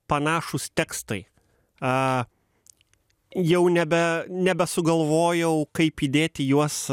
panašūs tekstai a jau nebe nebesugalvojau kaip įdėti juos